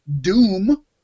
Doom